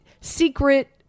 secret